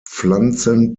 pflanzen